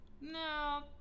no